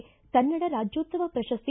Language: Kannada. ಕನ್ನಡ ರಾಜ್ಯೋತ್ಪವ ಪ್ರಶಸ್ತಿ